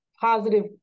positive